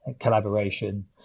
collaboration